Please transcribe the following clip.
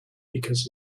because